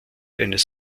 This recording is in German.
eines